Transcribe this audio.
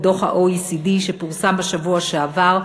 בדוח ה-OECD שפורסם בשבוע שעבר,